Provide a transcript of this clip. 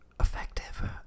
effective